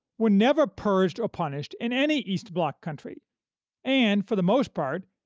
were never purged or punished in any east bloc country and, for the most part,